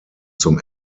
zum